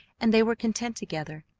and they were content together.